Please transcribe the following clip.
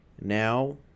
Now